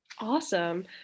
Awesome